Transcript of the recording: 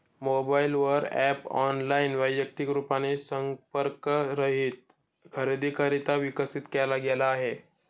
mobile वर app online, वैयक्तिक रूपाने संपर्क रहित खरेदीकरिता विकसित केला गेला आहे